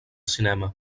cinema